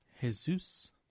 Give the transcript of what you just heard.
Jesus